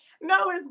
No